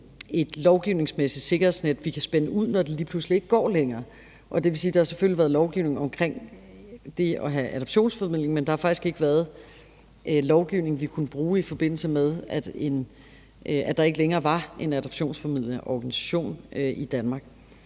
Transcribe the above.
et lovgivningsmæssigt sikkerhedsnet, vi kan spænde ud, når det lige pludselig ikke går længere, og det vil sige, at der selvfølgelig har været lovgivning omkring det at have adoptionsformidling, men der har faktisk ikke været lovgivning, vi kunne bruge, i forbindelse med at der ikke længere var en adoptionsformidlende organisation i Danmark.